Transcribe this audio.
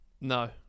No